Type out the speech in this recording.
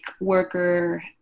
worker